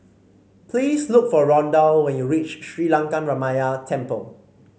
please look for Rondal when you reach Sri Lankaramaya Temple